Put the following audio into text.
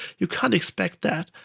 you can't expect that.